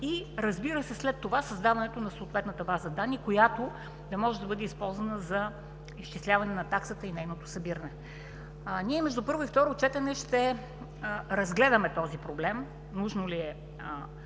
и, разбира се, след това създаването на съответната база данни, която да може да бъде използвана за изчисляване на таксата и нейното събиране. Ние между първо и второ четене ще разгледаме този проблем – има ли възможност